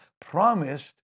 promised